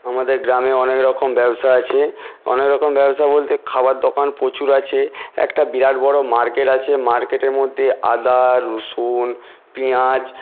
আমাদের গ্রামে অনেক রকম ব্যবসা আছে অনেক রকম ব্যবসা বলতে খাবার দোকান প্রচুর আছে একটা বিরাট বড়ো মার্কেট আছে মার্কেটের মধ্যে আদা রসুন পেঁয়াজ